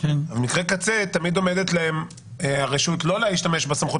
במקרה קצה תמיד עומדת להם הרשות לא להשתמש בסמכות